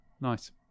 Nice